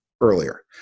earlier